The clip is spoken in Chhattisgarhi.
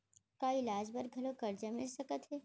का इलाज बर घलव करजा मिलिस सकत हे?